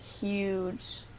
huge